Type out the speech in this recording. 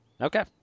Okay